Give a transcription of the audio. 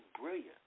brilliant